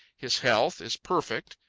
his health is perfect.